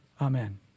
Amen